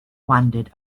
wondered